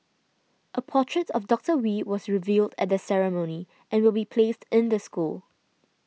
a portrait of Doctor Wee was revealed at the ceremony and will be placed in the school